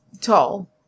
tall